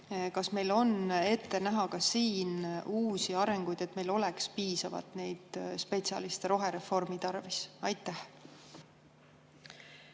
kas meil on ette näha ka selles vallas uusi arenguid, et mil oleks piisavalt spetsialiste rohereformi tarvis? Aitäh!